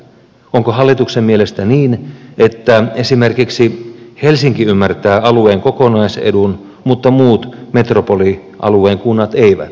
onko hallituksen mielestä niin että esimerkiksi helsinki ymmärtää alueen kokonaisedun mutta muut metropolialueen kunnat eivät